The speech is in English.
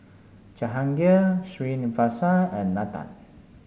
Jahangir Srinivasa and Nathan